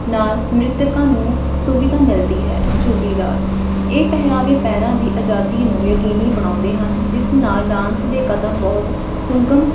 ਨਾਲ ਨ੍ਰਿਤਕਾਂ ਨੂੰ ਸੁਵਿਧਾ ਮਿਲਦੀ ਹੈ ਝੂਲੀ ਦਾਲ ਇਹ ਪਹਿਰਾਵੇ ਪੈਰਾਂ ਦੀ ਆਜ਼ਾਦੀ ਨੂੰ ਯਕੀਨੀ ਬਣਾਉਂਦੇ ਹਨ ਜਿਸ ਨਾਲ ਡਾਂਸ ਦੇ ਕਦਮ ਬਹੁਤ ਸੁੰਗਮ